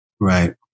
Right